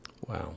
Wow